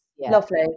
Lovely